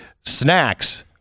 Snacks